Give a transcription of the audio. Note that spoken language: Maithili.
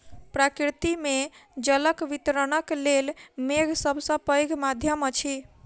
प्रकृति मे जलक वितरणक लेल मेघ सभ सॅ पैघ माध्यम अछि